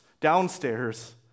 downstairs